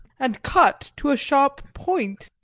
and cut to a sharp point.